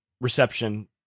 reception